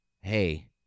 Hey